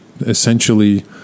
essentially